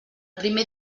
primer